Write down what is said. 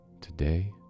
Today